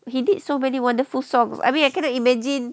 he did so many wonderful songs I mean I cannot imagine